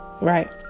right